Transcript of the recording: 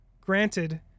Granted